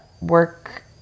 work